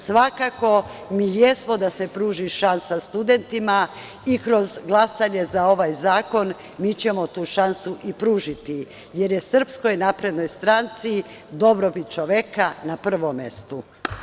Svakako, mi jesmo da se pruži šansa studentima i kroz glasanje za ovaj zakon mi ćemo tu šansu i pružiti, jer je SNS dobrobit čoveka na prvom mestu.